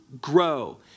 grow